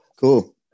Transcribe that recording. cool